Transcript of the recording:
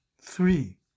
Three